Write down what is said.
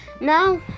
Now